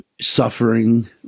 suffering